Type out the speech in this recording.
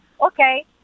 okay